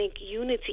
unity